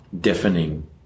deafening